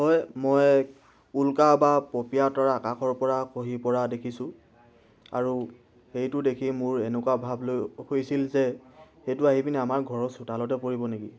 হয় মই উল্কা বা পপীয়া তৰা আকাশৰ পৰা খহি পৰা দেখিছোঁ আৰু সেইটো দেখি মোৰ এনেকুৱা ভাৱ লৈ হৈছিল যে সেইটো আহি পিনে আমাৰ ঘৰৰ চোতালতে পৰিব নেকি